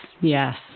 Yes